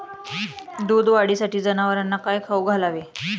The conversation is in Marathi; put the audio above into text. दूध वाढीसाठी जनावरांना काय खाऊ घालावे?